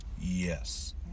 yes